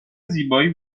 زیبایی